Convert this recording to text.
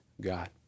God